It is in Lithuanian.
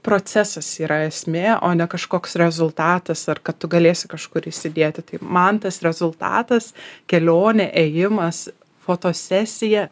procesas yra esmė o ne kažkoks rezultatas ar kad tu galėsi kažkur įsidėti tai man tas rezultatas kelionė ėjimas fotosesija